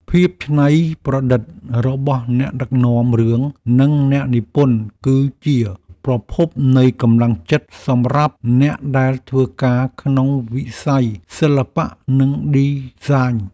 ភាពច្នៃប្រឌិតរបស់អ្នកដឹកនាំរឿងនិងអ្នកនិពន្ធគឺជាប្រភពនៃកម្លាំងចិត្តសម្រាប់អ្នកដែលធ្វើការក្នុងវិស័យសិល្បៈនិងឌីហ្សាញ។